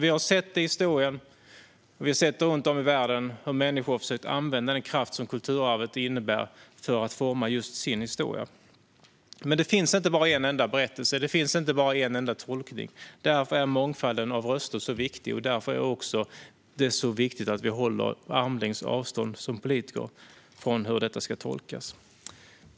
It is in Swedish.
Vi har sett i historien, och vi har sett runt om i världen, hur människor har försökt att använda den kraft som kulturarvet innebär för att forma just sin historia. Men det finns inte bara en enda berättelse, och det finns inte bara en enda tolkning. Därför är mångfalden av röster så viktig, och därför är det också så viktigt att vi som politiker håller en armlängds avstånd till hur detta ska tolkas. Fru talman!